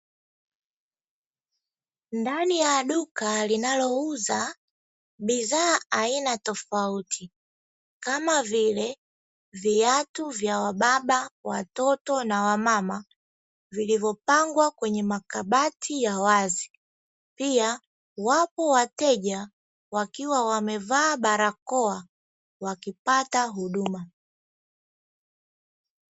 Ndani ya duka linalouza bidhaa aina tofauti kama vile viatu vya wababa, watoto na wamama vilivyopangwa kwenye makabati ya wazi pia wapo wateja wakiwa wamevaa barakoa wakipata huduma.